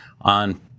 on